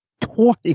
twice